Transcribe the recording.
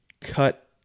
cut